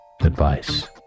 advice